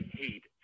hate